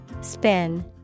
Spin